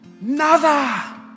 nada